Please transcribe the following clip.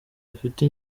rufite